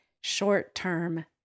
short-term